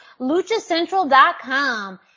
LuchaCentral.com